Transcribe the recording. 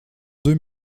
deux